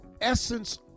essence